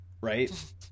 right